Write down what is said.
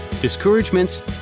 discouragements